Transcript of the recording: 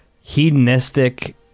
hedonistic